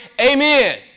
Amen